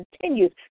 continues